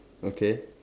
okay